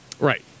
right